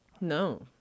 No